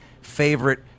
favorite